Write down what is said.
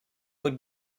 would